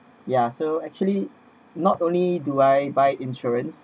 ya so actually not only do I buy insurance